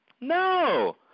No